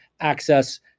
access